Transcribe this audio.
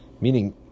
Meaning